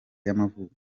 y’amavuko